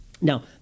Now